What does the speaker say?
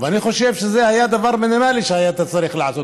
אני חושב שזה היה דבר מינימלי שהיית צריך לעשות,